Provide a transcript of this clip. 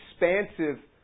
expansive